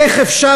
איך אפשר,